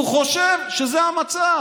הוא חושב שזה המצב,